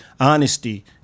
honesty